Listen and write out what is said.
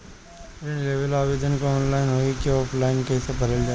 ऋण लेवेला आवेदन ऑनलाइन होई की ऑफलाइन कइसे भरल जाई?